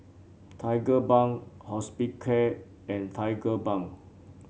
Tigerbalm Hospicare and Tigerbalm